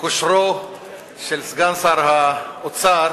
מכושרו של סגן שר האוצר